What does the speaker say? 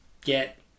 get